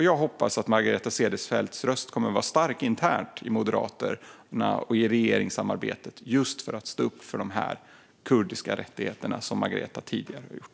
Jag hoppas att Margareta Cederfelts röst kommer att vara stark internt i Moderaterna och i regeringssamarbetet just för att stå upp för de kurdiska rättigheterna som Margareta tidigare har gjort.